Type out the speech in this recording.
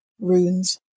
runes